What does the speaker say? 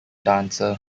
dancer